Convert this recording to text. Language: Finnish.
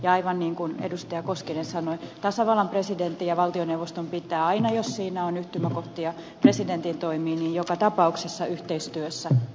ja aivan niin kuin edustaja koskinen sanoi tasavallan presidentin ja valtioneuvoston pitää aina jos siinä on yhtymäkohtia presidentin toimiin joka tapauksessa toimia yhteistyössä